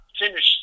finish